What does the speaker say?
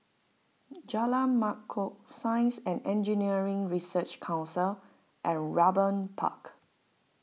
Jalan Mangkok Science and Engineering Research Council and Raeburn Park